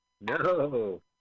no